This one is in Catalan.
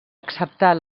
acceptar